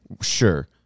Sure